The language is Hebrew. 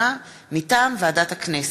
מטעם ועדת הכנסת,